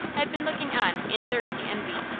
had been looking on in thirsty envy.